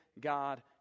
God